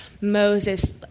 Moses